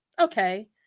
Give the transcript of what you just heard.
okay